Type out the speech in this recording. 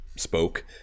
spoke